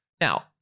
now